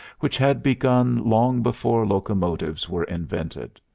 which had begun long before locomotives were invented.